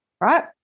right